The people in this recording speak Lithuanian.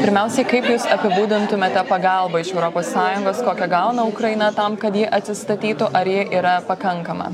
pirmiausiai kaip jūs apibūdintumėte pagalbą iš europos sąjungos kokią gauna ukraina tam kad ji atsistatytų ar ji yra pakankama